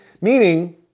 meaning